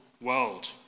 world